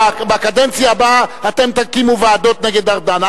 בקדנציה הבאה אתם תקימו ועדות נגד ארדן.